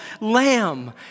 lamb